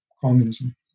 communism